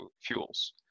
fuels